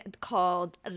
called